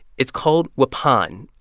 it's called waupun.